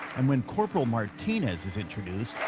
and when corporal martinez is introduced,